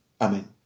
Amen